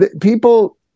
People